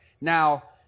Now